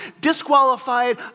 disqualified